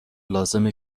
لازمه